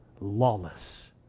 lawless